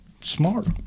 smart